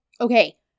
okay